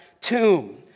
tomb